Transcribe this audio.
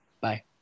bye